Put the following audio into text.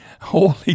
Holy